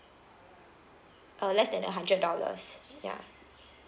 uh less than a hundred dollars ya